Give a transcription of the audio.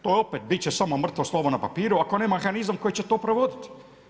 To će opet biti samo mrtvo slovo na papiru, ako nema mehanizam koji će to provoditi.